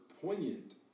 poignant